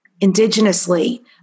indigenously